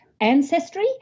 ancestry